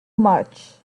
much